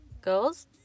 girls